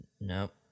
Nope